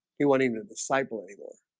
he went even a disciple anymore